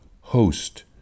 Host